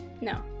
No